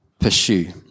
pursue